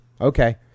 okay